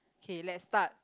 okay let's start